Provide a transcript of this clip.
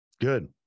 good